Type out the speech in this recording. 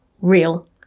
real